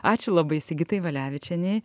ačiū labai sigitai valevičienei